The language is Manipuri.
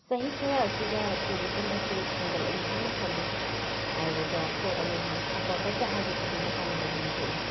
ꯆꯍꯤ ꯈꯔ ꯑꯁꯤꯗ ꯇꯨꯔꯤꯖꯝ ꯑꯁꯤ ꯍꯦꯟꯒꯠꯂꯛꯏ ꯍꯥꯏꯅ ꯈꯜꯂꯤ ꯍꯥꯏꯔꯤꯕ ꯇꯣꯞ ꯄꯣꯠ ꯑꯃꯒꯤ ꯑꯐ ꯐꯠꯇ ꯍꯥꯏꯕꯁꯤꯗꯤ ꯃꯁꯥꯅ ꯂꯩꯐꯝ ꯊꯣꯛꯏ